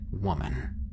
woman